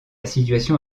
situation